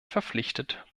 verpflichtet